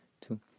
Two